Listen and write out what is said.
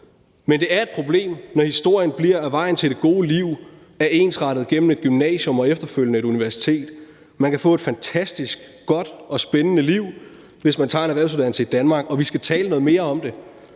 men det er et problem, når historien bliver, at vejen til det gode liv er ensrettet gennem et gymnasium og efterfølgende et universitet. Man kan få et fantastisk godt og spændende liv, hvis man tager en erhvervsuddannelse i Danmark, og vi skal tale noget mere om det.